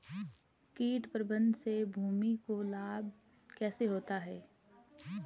कीट प्रबंधन से भूमि को लाभ कैसे होता है?